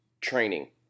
training